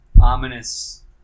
ominous